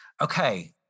Okay